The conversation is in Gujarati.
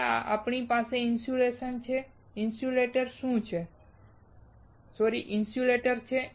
હવે અમારી પાસે ઇન્સ્યુલેટર છે